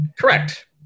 Correct